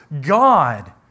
God